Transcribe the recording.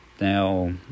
Now